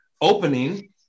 opening